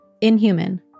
Inhuman